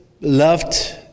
loved